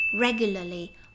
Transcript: regularly